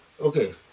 Okay